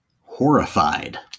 Horrified